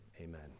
amen